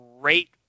great